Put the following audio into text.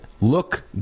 look